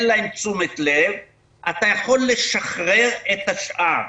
להם תשומת לב אתה יכול לשחרר את השאר.